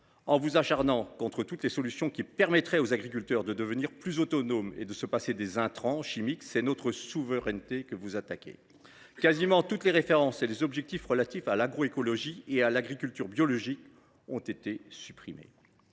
En vous acharnant contre toutes les solutions qui permettraient aux agriculteurs de devenir plus autonomes et de se passer des intrants chimiques, c’est notre souveraineté que vous attaquez. Quasiment toutes les références et les objectifs relatifs à l’agroécologie et à l’agriculture biologique ont été supprimés.